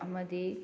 ꯑꯃꯗꯤ